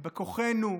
ובכוחנו,